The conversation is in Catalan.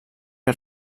que